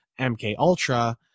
MKUltra